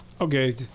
Okay